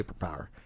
superpower